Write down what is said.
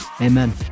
amen